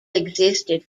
existed